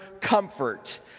comfort